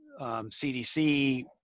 CDC